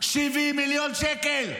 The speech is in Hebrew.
70 מיליון שקל.